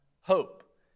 hope